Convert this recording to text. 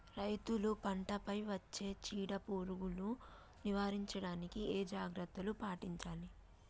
రైతులు పంట పై వచ్చే చీడ పురుగులు నివారించడానికి ఏ జాగ్రత్తలు పాటించాలి?